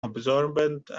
absorbent